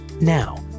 Now